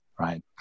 Right